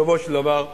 בסופו של דבר,